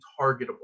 targetable